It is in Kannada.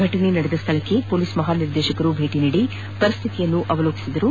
ಘಟನಾ ಸ್ದಳಕ್ಕೆ ಪೊಲೀಸ್ ಮಹಾ ನಿರ್ದೇಶಕರು ಭೇಟಿ ನೀದಿ ಪರಿಸ್ಥಿತಿಯನ್ನು ಅವಲೋಕಿಸಿದರು